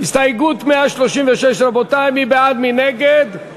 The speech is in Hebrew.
קבוצת סיעת מרצ, קבוצת סיעת רע"ם-תע"ל-מד"ע,